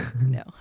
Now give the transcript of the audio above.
No